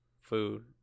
food